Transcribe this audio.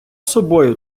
собою